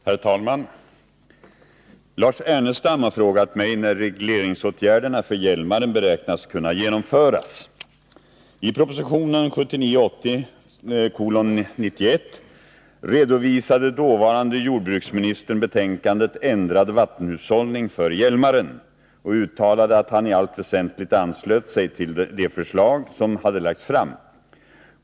Herr talman! Lars Ernestam har frågat mig när regleringsåtgärderna för Hjälmaren beräknas kunna genomföras. I proposition 1979/80:91 redovisade dåvarande jordbruksministern betänkandet Ändrad vattenhushållning för Hjälmaren och uttalade att han i allt väsentligt anslöt sig till det förslag som hade lagts fram.